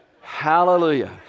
Hallelujah